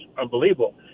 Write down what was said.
unbelievable